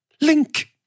Link